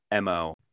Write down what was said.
MO